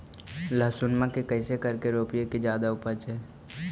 लहसूनमा के कैसे करके रोपीय की जादा उपजई?